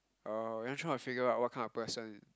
uh you're not trying to figure out what kind of person